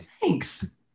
Thanks